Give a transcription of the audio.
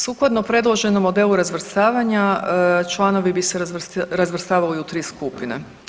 Sukladno predloženom modelu razvrstavanja, članovi bi se razvrstavali u 3 skupine.